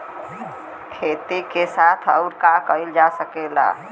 खेती के साथ अउर का कइल जा सकेला?